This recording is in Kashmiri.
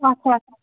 اَچھا اَچھا